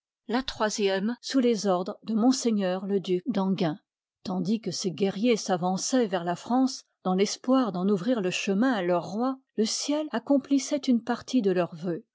la troisième sous les ordres de m le duc d'enghien tandis que ces guerriers s'avançoient vers la france dans l'espoir d'en ouvrir le chemin à leur roi le ciel accomplissoit une partie de leurs vœux